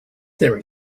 there